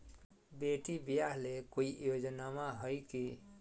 बेटी ब्याह ले कोई योजनमा हय की?